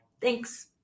thanks